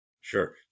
Sure